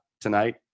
tonight